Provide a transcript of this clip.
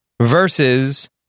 versus